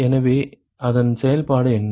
எனவே அதன் செயல்பாடு என்ன